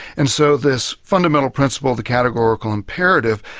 and so this fundamental principle, the categorical imperative,